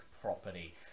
property